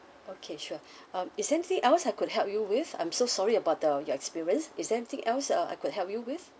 okay sure um is there anything else I could help you with I'm so sorry about the your experience is there anything else uh I could help you with